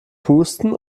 pusten